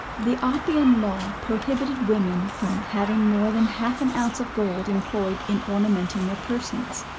the oppian law prohibited women from having more than half an ounce of gold employed in ornamenting their persons,